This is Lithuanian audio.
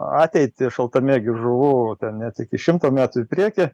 ateitį šaltamėgių žuvų net iki šimto metų į priekį